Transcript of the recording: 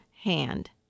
hand